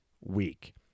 week